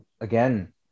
again